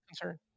concern